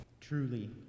Truly